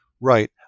right